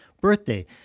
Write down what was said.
birthday